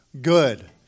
Good